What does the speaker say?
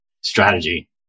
strategy